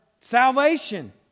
salvation